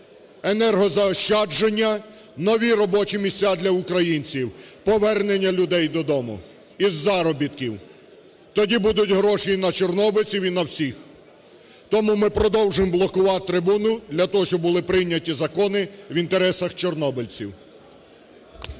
енергозаощадження, нові робочі місця для українців, повернення людей додому із заробітків, тоді будуть гроші і на чорнобильців, і на всіх. Тому ми продовжуємо блокувати трибуну для того, щоб були прийняті закони в інтересах чорнобильців.